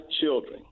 children